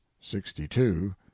sixty-two